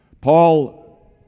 Paul